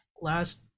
last